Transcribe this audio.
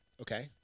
Okay